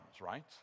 right